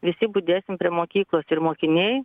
visi budėsim prie mokyklos ir mokiniai